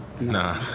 Nah